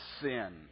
sin